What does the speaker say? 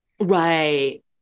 Right